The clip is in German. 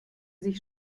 sich